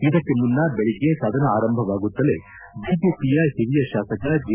ಇದಕ್ಕೆ ಮುನ್ನ ದೆಳಗ್ಗೆ ಸದನ ಆರಂಭವಾಗುತ್ತಲೇ ಬಿಜೆಪಿಯ ಹಿರಿಯ ಶಾಸಕ ಜೆ